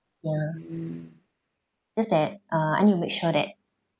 ya just that uh I need to make sure that